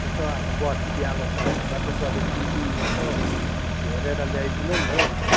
यसो अब बसिबियाँलो त गर्नु पऱ्यो टिभी यसो हेरेर ल्याइदिनु नि हौ नानी